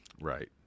Right